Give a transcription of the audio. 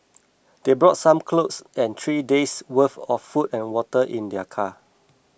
they brought some clothes and three days' worth of food and water in their car